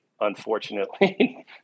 unfortunately